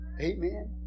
Amen